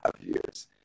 years